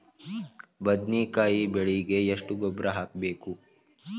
ಬದ್ನಿಕಾಯಿ ಬೆಳಿಗೆ ಎಷ್ಟ ಗೊಬ್ಬರ ಹಾಕ್ಬೇಕು?